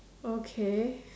okay